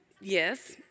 Yes